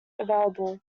available